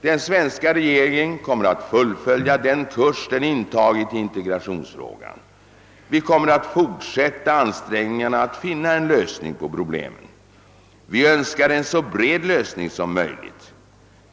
Den svenska regeringen kommer att fullfölja den kurs den intagit i integrationsfrågan. Vi kommer att fortsätta ansträngningarna att finna en lösning på problemen. Vi önskar en så bred lösning som möjligt.